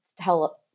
tell